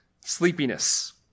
sleepiness